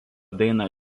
dainą